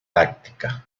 táctica